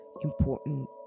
important